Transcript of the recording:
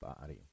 body